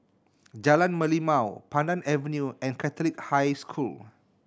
Jalan Merlimau Pandan Avenue and Catholic High School